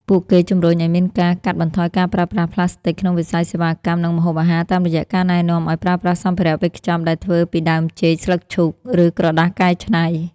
ពួកគេជម្រុញឱ្យមានការកាត់បន្ថយការប្រើប្រាស់ផ្លាស្ទិកក្នុងវិស័យសេវាកម្ម និងម្ហូបអាហារ តាមរយៈការណែនាំឱ្យប្រើប្រាស់សម្ភារៈវេចខ្ចប់ដែលធ្វើពីដើមចេក ស្លឹកឈូក ឬក្រដាសកែច្នៃ។